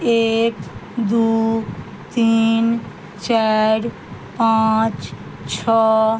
एक दू तीन चारि पाँच छओ